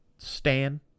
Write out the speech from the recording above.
Stan